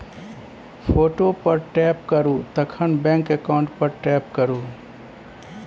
photo पर tap करु तखन बैंक अकाउंट पर टैप करु